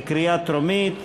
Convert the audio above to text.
בקריאה טרומית.